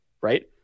right